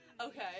Okay